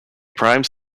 prime